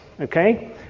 okay